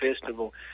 Festival